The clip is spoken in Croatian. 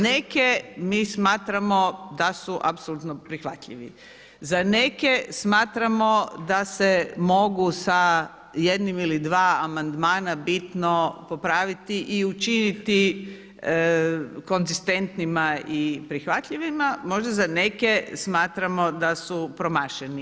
Neke mi smatramo da su apsolutno prihvatljivi, za neke smatramo da se mogu sa jednim ili dva amandmana bitno popraviti i učiniti konzistentnima i prihvatljivima, možda za neke smatramo da su promašeni.